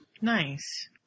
Nice